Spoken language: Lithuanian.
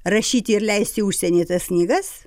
rašyti ir leisti užsienyje tas knygas